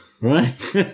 Right